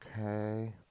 Okay